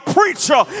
preacher